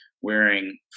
wearing